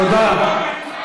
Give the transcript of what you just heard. תודה.